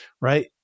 Right